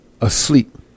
asleep